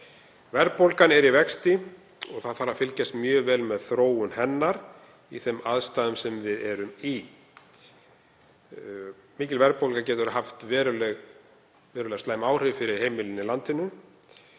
Verðbólgan er í vexti og fylgjast þarf mjög vel með þróun hennar í þeim aðstæðum sem við erum í. Mikil verðbólga getur hafa verulega slæm áhrif fyrir heimilin í landinu